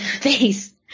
face